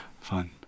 Fun